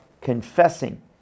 confessing